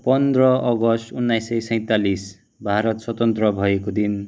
पन्ध्र अगस्त उन्नाइस सय सैँतालिस भारत स्वतन्त्र भएको दिन